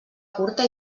curta